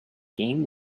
game